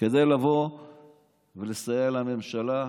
לבוא ולסייע לממשלה,